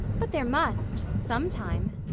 but there must sometime,